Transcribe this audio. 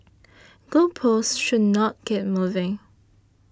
goal posts should not keep moving